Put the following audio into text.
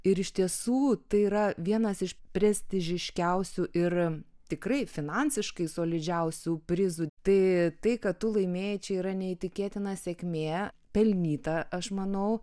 ir iš tiesų tai yra vienas iš prestižiškiausių ir tikrai finansiškai solidžiausių prizų tai tai kad tu laimėjai čia yra neįtikėtina sėkmė pelnyta aš manau